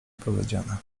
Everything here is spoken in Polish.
powiedziane